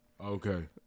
Okay